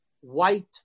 white